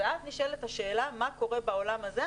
ואז נשאלת השאלה: מה קורה בעולם הזה?